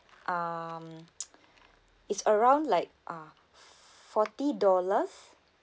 um is around like uh forty dollars